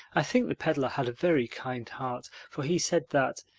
i think the peddler had a very kind heart, for he said that,